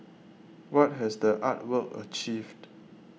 what has the art work achieved